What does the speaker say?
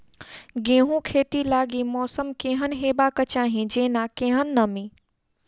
गेंहूँ खेती लागि मौसम केहन हेबाक चाहि जेना केहन नमी?